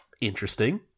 interesting